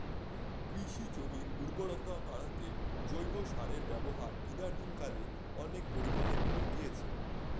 কৃষি জমির উর্বরতা বাড়াতে জৈব সারের ব্যবহার ইদানিংকালে অনেক পরিমাণে বেড়ে গিয়েছে